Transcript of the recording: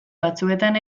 batzuetan